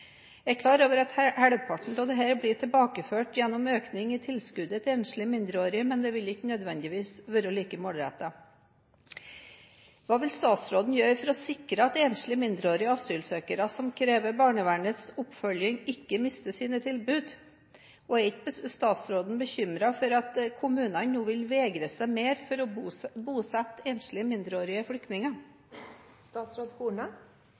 Jeg er klar over at halvparten av dette blir tilbakeført gjennom økning i tilskuddet til enslige mindreårige asylsøkere, men det vil ikke nødvendigvis være like målrettet. Hva vil statsråden gjøre for å sikre at enslige mindreårige asylsøkere som krever barnevernets oppfølging, ikke mister sine tilbud? Og er ikke statsråden bekymret for at kommunene nå vil vegre seg mer for å bosette enslige mindreårige flyktninger?